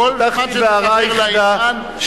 פתחתי בהערה היחידה,